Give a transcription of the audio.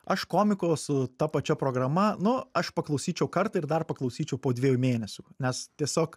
aš komiko su ta pačia programa nu aš paklausyčiau kartą ir dar paklausyčiau po dviejų mėnesių nes tiesiog